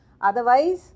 Otherwise